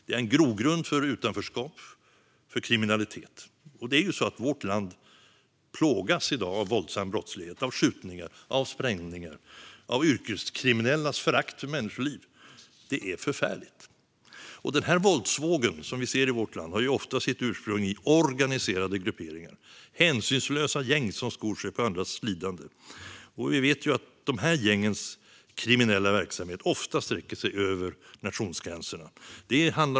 Den är en grogrund för utanförskap och kriminalitet. Vårt land plågas i dag av våldsam brottslighet, skjutningar, sprängningar och yrkeskriminellas förakt för människoliv. Det är förfärligt. Den våldsvåg som vi ser i vårt land har ofta sitt ursprung i organiserade grupperingar och hänsynslösa gäng som skor sig på andras lidande. Vi vet att de här gängens kriminella verksamhet ofta sträcker sig över nationsgränserna.